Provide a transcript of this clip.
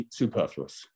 superfluous